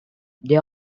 they